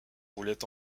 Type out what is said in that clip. voulait